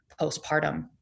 postpartum